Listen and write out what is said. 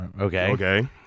Okay